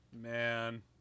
man